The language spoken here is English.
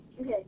Okay